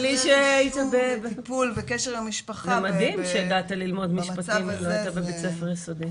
זה מדהים שהגעת ללמוד משפטים אם לא היית בבית ספר יסודי.